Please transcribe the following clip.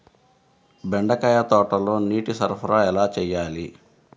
బెండకాయ తోటలో నీటి సరఫరా ఎలా చేయాలి?